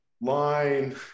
line